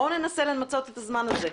אבל בואו ננסה למצות את הזמן הזה.